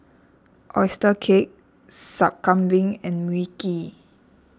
Oyster Cake Sup Kambing and Mui Kee